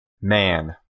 Man